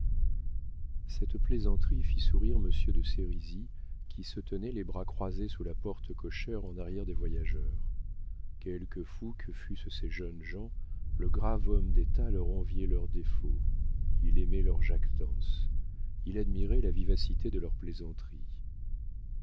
cette plaisanterie fit sourire monsieur de sérisy qui se tenait les bras croisés sous la porte cochère en arrière des voyageurs quelque fous que fussent ces jeunes gens le grave homme d'état leur enviait leurs défauts il aimait leurs jactances il admirait la vivacité de leurs plaisanteries